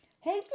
hey